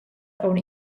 aunc